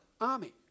army